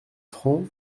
francs